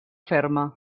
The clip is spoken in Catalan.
ferma